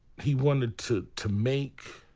he wanted to. to make.